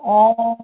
অ